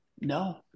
No